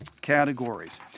categories